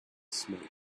smoke